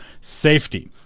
safety